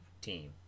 team